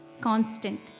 constant